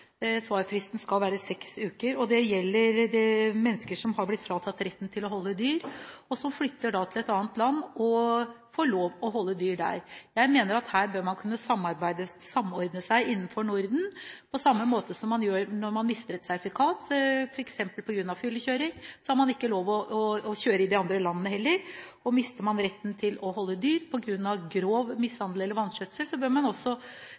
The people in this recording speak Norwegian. svarfristen skal være seks uker. Det gjelder mennesker som har blitt fratatt retten til å holde dyr, og som flytter til et annet land og får lov til å holde dyr der. Jeg mener at her bør man kunne samordne seg innenfor Norden på samme måte som man gjør når man mister sertifikatet, f.eks. på grunn av fyllekjøring – da har man ikke lov til å kjøre i de andre landene heller. Mister man retten til å holde dyr på grunn av grov mishandling eller vanskjøtsel, bør man